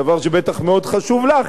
דבר שבטח מאוד חשוב לך,